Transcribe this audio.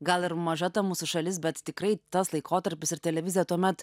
gal ir maža ta mūsų šalis bet tikrai tas laikotarpis ir televizija tuomet